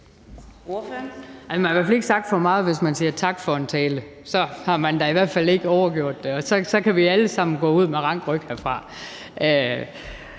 Man har i hvert fald ikke sagt for meget, hvis man siger tak for en tale; så har man da i hvert fald ikke overgjort det. Og så kan vi alle sammen gå herfra med rank ryg.